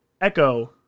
Echo